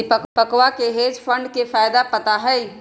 दीपकवा के hedge fund के फायदा पता हई